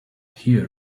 hear